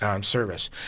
service